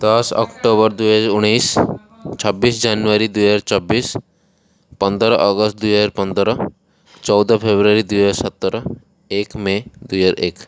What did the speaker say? ଦଶ ଅକ୍ଟୋବର ଦୁଇହଜାର ଉଣେଇଶି ଛବିଶି ଜାନୁଆରୀ ଦୁଇହଜାର ଚବିଶି ପନ୍ଦର ଅଗଷ୍ଟ ଦୁଇହଜାର ପନ୍ଦର ଚଉଦ ଫେବୃଆରୀ ଦୁଇହଜାର ସତର ଏକ ମେ ଦୁଇହଜାର ଏକ